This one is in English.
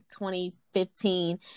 2015